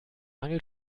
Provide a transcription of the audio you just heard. mangel